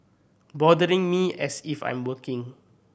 bothering me as if I'm working